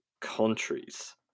countries